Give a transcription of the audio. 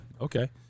okay